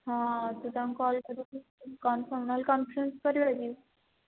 ହଁ ତୁ ତାଙ୍କୁ କଲ୍ କରିକି କନ୍ଫର୍ମ୍ ନହେଲେ କନ୍ଫରେନ୍ସ କରିବା କି